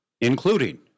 including